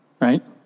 right